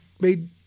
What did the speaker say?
made